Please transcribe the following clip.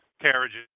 carriages